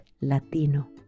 Latino